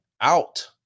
out